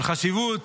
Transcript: חשיבות